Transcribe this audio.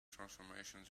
transformations